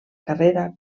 carrera